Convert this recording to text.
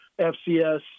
FCS